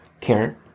Karen